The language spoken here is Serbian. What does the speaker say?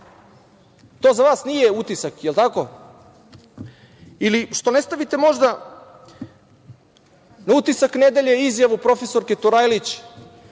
To za vas nije utisak, jel tako? Ili što ne stavite možda na utisak nedelje izjavu profesorke Turajlić